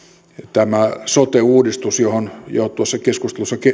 tämä sote uudistus johon jo tuossa